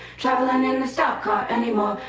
travelin' in the stockcar anymore.